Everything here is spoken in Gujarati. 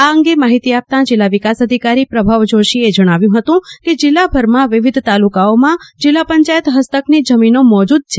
આ અંગે માદિતી આપતાં જીલ્લા વિકાસ અધિકારી પ્રભવ જોષીએ જણાવ્યું હતું કે જીલ્લાભરમાં વિવિધ તાલુકાઓમાં જીલ્લા પંચાયત હસ્તકની જમીનો મોજૂદ છે